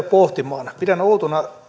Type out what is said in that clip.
pohtimaan pidän outona